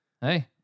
Hey